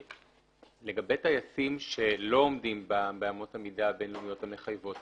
לגבי טייסים שלא עומדים באמות המידה הבין-לאומיות המחייבות,